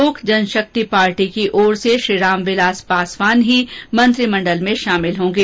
लोक जनशक्ति पार्टी की ओर से श्री रामविलास पासवान ही मंत्रिमंडल में शामिल होंगे